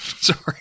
sorry